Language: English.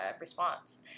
response